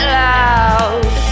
loud